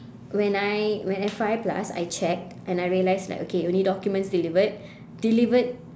when I when at five plus I checked and I realised like okay only documents delivered delivered